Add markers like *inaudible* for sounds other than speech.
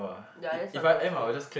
ya thats why no clear *noise*